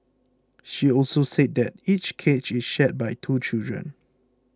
she also said that each cage is shared by two children